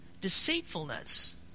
Deceitfulness